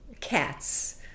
Cats